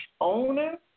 owner